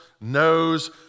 knows